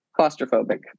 claustrophobic